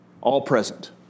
all-present